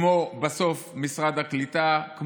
כמו משרד הקליטה בסוף,